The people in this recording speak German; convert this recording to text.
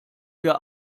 wir